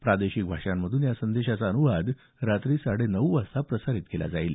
प्रादेशिक भाषांमधून या संदेशाचा अनुवाद रात्री साडे नऊ वाजता प्रसारित केला जाणार आहे